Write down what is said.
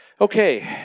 Okay